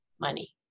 money